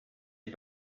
des